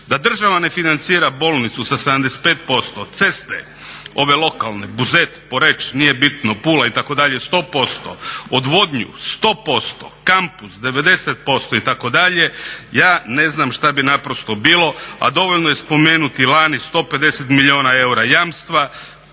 Da država ne financira bolnicu sa 75%, ceste ove lokalne, Buzet, Poreč, nije bitno, Pula itd. 100%, odvodnju 100%, kampus 90% itd., ja ne znam što bi naprosto bilo, a dovoljno je spomenuti lani 150 milijuna eura jamstva